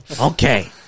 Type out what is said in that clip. Okay